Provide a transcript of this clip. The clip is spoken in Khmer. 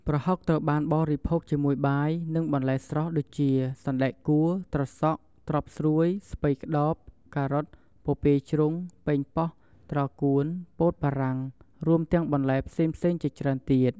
ប្រហុកត្រូវបានបរិភោគជាមួយបាយ និងបន្លែស្រស់ ដូចជា សណ្ដែកគួរ ត្រសក់ ត្រប់ស្រួយ ស្ពៃក្ដោប ការ៉ុត ពពាយជ្រុង ប៉េងប៉ោះ ត្រកួន ពោតបារាំង រួមទាំងបន្លែផ្សេងៗជាច្រើនទៀត។